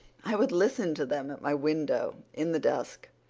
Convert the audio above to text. i would listen to them at my window in the dusk,